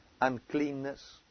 uncleanness